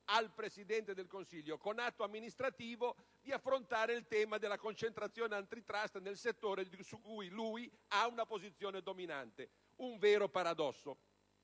al Presidente del Consiglio, con atto amministrativo, il compito di affrontare il tema della concentrazione *antitrust* nel settore in cui egli ricopre una posizione dominante. È un vero paradosso!